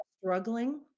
struggling